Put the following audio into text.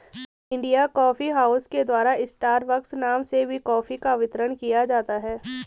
India coffee house के द्वारा Starbucks नाम से भी कॉफी का वितरण किया जाता है